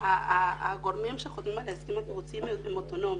הגורמים שחותמים על ההסכם הקיבוצי הם אוטונומיים.